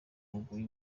bugoyi